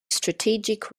strategic